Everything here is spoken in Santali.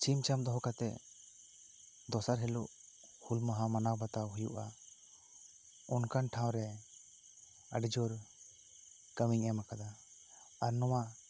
ᱪᱷᱤᱢ ᱪᱷᱟᱢ ᱫᱚᱦᱚ ᱠᱟᱛᱮᱜ ᱫᱚᱥᱟᱨ ᱦᱤᱞᱳᱜ ᱦᱩᱞ ᱢᱟᱦᱟ ᱢᱟᱱᱟᱣ ᱵᱟᱛᱟᱣ ᱦᱩᱭᱩᱜᱼᱟ ᱚᱱᱠᱟᱱ ᱴᱷᱟᱣ ᱨᱮ ᱟᱹᱰᱤ ᱡᱳᱨ ᱠᱟᱹᱢᱤᱧ ᱮᱢ ᱟᱠᱟᱫᱟ ᱟᱨ ᱱᱚᱣᱟ